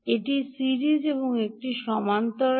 এটি সিরিজ এবং এটি সমান্তরাল